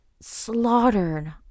slaughtered